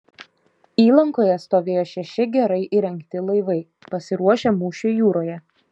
įlankoje stovėjo šeši gerai įrengti laivai pasiruošę mūšiui jūroje